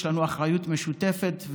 יש לנו אחריות משותפת.